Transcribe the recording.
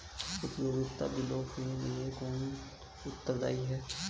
उपयोगिता बिलों के लिए कौन उत्तरदायी है?